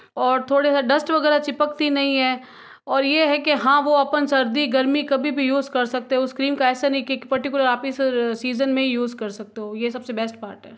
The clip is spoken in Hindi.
और थोड़े से डस्ट वगैरह चिपकती नहीं है और ये है के हाँ वो अपन सर्दी गर्मी कभी भी यूज़ कर सकते हे उस क्रीम का ऐसा नहीं कि पर्टिकुलर आप सीजन में ही यूज़ कर सकते हो ये सबसे बेस्ट पार्ट है